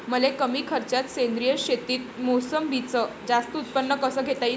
मले कमी खर्चात सेंद्रीय शेतीत मोसंबीचं जास्त उत्पन्न कस घेता येईन?